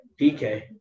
DK